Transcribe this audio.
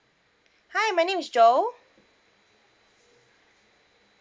hi my name is joe